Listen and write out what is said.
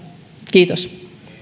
kiitos